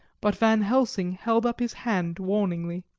but van helsing held up his hand warningly.